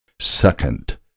Second